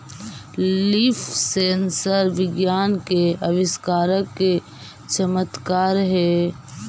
leaf sensor विज्ञान के आविष्कार के चमत्कार हेयऽ